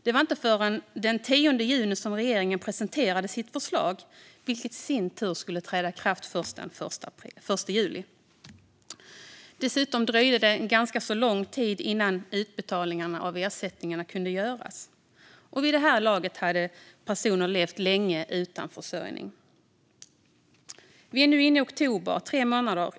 Det var inte förrän den 10 juni som regeringen presenterade sitt förslag, vilket i sin tur skulle träda i kraft först den 1 juli. Dessutom dröjde det ganska lång tid innan utbetalningarna av ersättningen kunde göras. Vid det laget hade personer levt länge utan försörjning. Vi är nu inne i oktober.